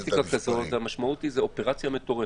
המשמעות היא אופרציה מטורפת.